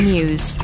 News